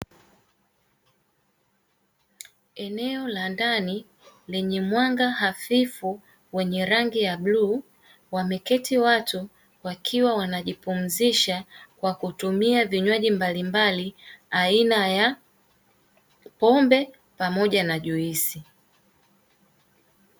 Eneo la ndani lenye mwanga hafifu wenye rangi ya bluu, wameketi watu wakiwa wanajipumzisha kwa kutumia vinywaji mbalimbali aina ya pombe pamoja na juisi.